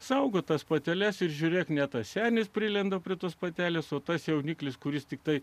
saugo tas pateles ir žiūrėk ne tas senis prilenda prie tos patelės o tas jauniklis kuris tiktai